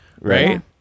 right